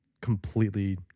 completely